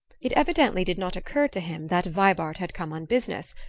it evidently did not occur to him that vibart had come on business,